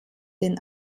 den